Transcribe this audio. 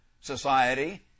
society